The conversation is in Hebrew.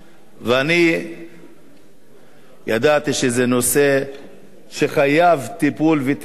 ואני ידעתי שזה נושא שחייב טיפול ותיקון,